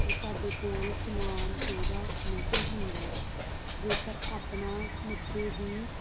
ਅਤੇ ਸਾਡੇ ਕੋਲ ਸਮਾਨ ਪੂਰਾ ਨਹੀਂ ਹੁੰਦਾ ਜੇਕਰ ਆਪਣਾ ਮਿੱਠੇ ਦੀ